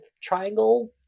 triangle